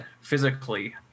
physically